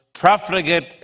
Profligate